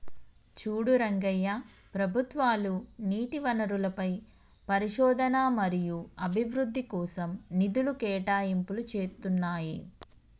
చూడు రంగయ్య ప్రభుత్వాలు నీటి వనరులపై పరిశోధన మరియు అభివృద్ధి కోసం నిధులు కేటాయింపులు చేతున్నాయి